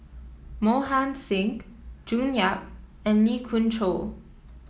Mohan Singh June Yap and Lee Khoon Choy